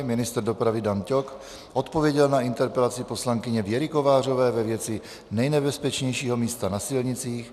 Ministr dopravy Dan Ťok odpověděl na interpelaci poslankyně Věry Kovářové ve věci nejnebezpečnějšího místa na silnicích.